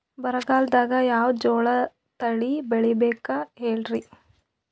ಬರಗಾಲದಾಗ್ ಯಾವ ಜೋಳ ತಳಿ ಬೆಳಿಬೇಕ ಹೇಳ್ರಿ?